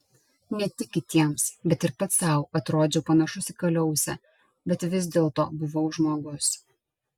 ne tik kitiems bet ir pats sau atrodžiau panašus į kaliausę bet vis dėlto buvau žmogus